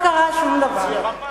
לא קרה שום דבר.